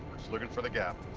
looking for the gap.